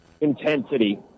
Intensity